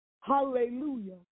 hallelujah